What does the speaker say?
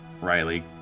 Riley